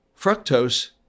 fructose